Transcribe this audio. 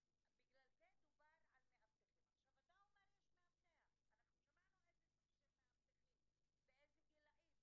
תקפו גם את הבעל שלה ואת הבית שלה ואת הילדים